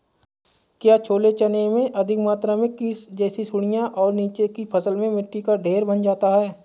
क्या छोले चने में अधिक मात्रा में कीट जैसी सुड़ियां और नीचे की फसल में मिट्टी का ढेर बन जाता है?